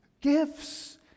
Gifts